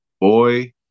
boy